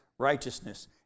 Righteousness